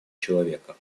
человека